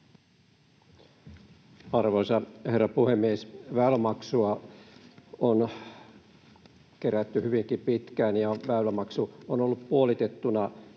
Arvoisa herra puhemies! Väylämaksua on kerätty hyvinkin pitkään. Väylämaksu on ollut puolitettuna